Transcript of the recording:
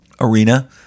arena